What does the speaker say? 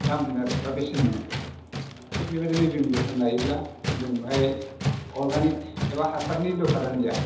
दाम मोनो आरो बा बेसेन मोनो थिग बेबायदिनो जों जोथान लायोब्ला जों बाहाय अरगानिक एबा हासारनि दरखारानो गैया